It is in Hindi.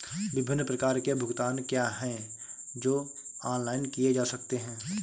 विभिन्न प्रकार के भुगतान क्या हैं जो ऑनलाइन किए जा सकते हैं?